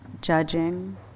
judging